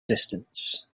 distance